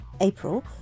April